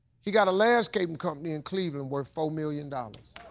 he got a landscaping company in cleveland worth four million dollars.